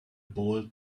ball